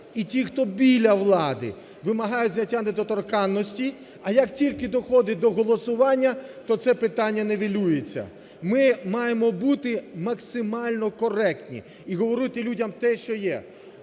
і ті, хто біля влади, вимагають зняття недоторканності, а як тільки доходить до голосування, то це питання нівелюється. Ми маємо бути максимально коректні і говорити людям те, що є.